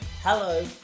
Hello